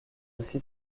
aussi